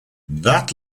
that